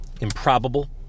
improbable